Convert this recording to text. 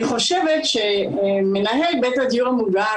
אני חושבת שמנהל בית הדיור המוגן,